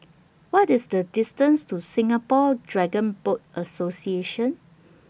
What IS The distance to Singapore Dragon Boat Association